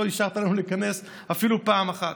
לא אישרת לנו להתכנס אפילו פעם אחת.